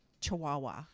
chihuahua